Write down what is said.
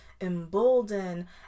embolden